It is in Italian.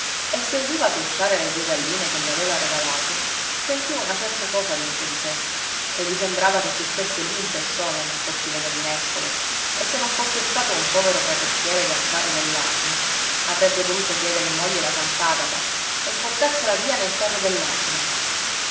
e se udiva chiocciare le due galline che le aveva regalato si sentiva una certa cosa dentro di sé e gli sembrava che ci stesse lui in persona nel cortile del nespolo e se non fosse stato un povero carrettiere dal carro dell'asino avrebbe voluto chiedere in moglie la sant'agata e portarsela via nel carro